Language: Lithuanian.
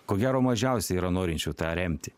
ko gero mažiausiai yra norinčių tą remti